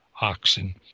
oxen